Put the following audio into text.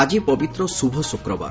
ଆଜି ପବିତ୍ର ଶୁଭ ଶୁକ୍ରବାର